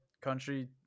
country